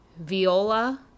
Viola